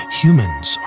humans